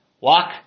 Walk